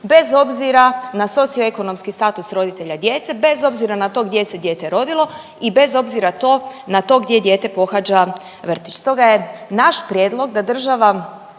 bez obzira na socioekonomski status roditelja djece, bez obzira na to gdje se dijete rodilo i bez obzira to, na to gdje dijete pohađa vrtić. Stoga je naš prijedlog da država